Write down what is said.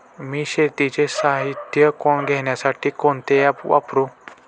मी शेतीचे साहित्य घेण्यासाठी कोणते ॲप वापरु?